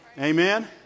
Amen